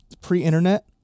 pre-internet